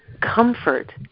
comfort